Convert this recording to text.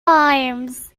arms